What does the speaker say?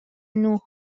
نوح